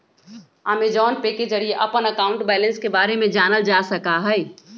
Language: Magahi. अमेजॉन पे के जरिए अपन अकाउंट बैलेंस के बारे में जानल जा सका हई